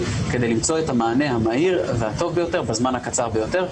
כדי למצוא את המענה המהיר והטוב ביותר בזמן הקצר ביותר,